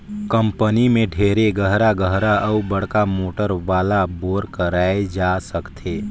company में ढेरे गहरा गहरा अउ बड़का मोटर वाला बोर कराए जा सकथे